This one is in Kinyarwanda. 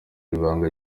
ibanga